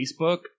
Facebook